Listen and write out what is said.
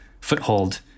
foothold